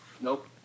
Nope